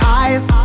eyes